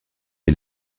est